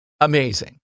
amazing